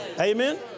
Amen